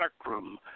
spectrum